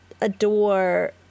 adore